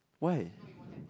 why